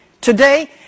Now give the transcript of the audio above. Today